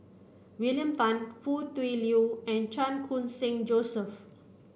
William Tan Foo Tui Liew and Chan Khun Sing Joseph